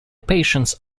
patients